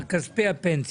כספי הפנסיות.